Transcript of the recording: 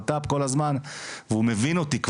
והוא מבין אותי כבר,